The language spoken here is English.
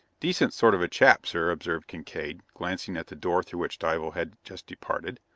decent sort of a chap, sir, observed kincaide, glancing at the door through which dival had just departed.